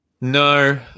No